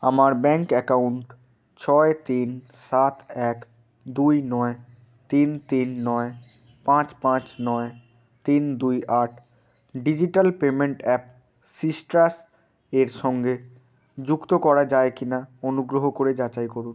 আমার bank account ছয় তিন সাত এক দুই নয় তিন তিন নয় পাঁচ পাঁচ নয় তিন দুই আট ডিজিটাল পেমেন্ট অ্যাপ সিস্টারস এর সঙ্গে যুক্ত করা যায় কি না অনুগ্রহ করে যাচাই করুন